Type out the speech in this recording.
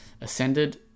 Ascended